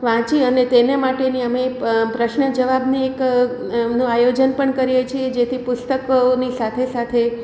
વાંચી અને તેના માટેની અમે પ્રશ્ન જવાબની એક ગેમનું આયોજન પણ કરીએ છીએ જેથી પુસ્તકોની સાથે સાથે